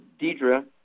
Deidre